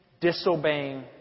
disobeying